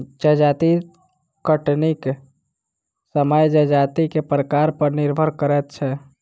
जजाति कटनीक समय जजाति के प्रकार पर निर्भर करैत छै